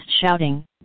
shouting